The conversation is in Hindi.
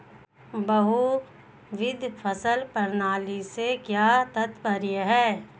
बहुविध फसल प्रणाली से क्या तात्पर्य है?